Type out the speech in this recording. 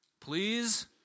Please